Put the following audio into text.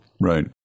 right